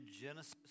Genesis